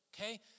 Okay